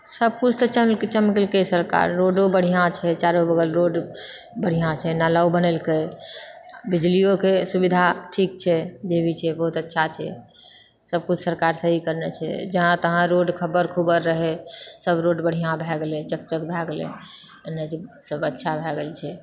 सब किछु तऽ चमकेलकै सरकार रोडो बढ़िआँ छै चारू बगल रोड बढ़िआँ छै नालो बनेलकै बिजलियोके सुविधा ठीक छै जे भी छै बहुत अच्छा छै सब किछु सरकार सही करने छै जहाँ तहाँ रोड खभर खुभर रहै सब रोड बढ़िआँ भए गेलै चक चक भए गेलै एन एच सब अच्छा भए गेल छै